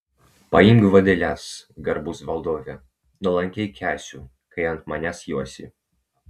paimk vadeles garbus valdove nuolankiai kęsiu kai ant manęs josi